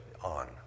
on